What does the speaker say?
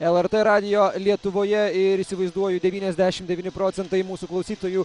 lrt radijo lietuvoje ir įsivaizduoju devyniasdešim devyni procentai mūsų klausytojų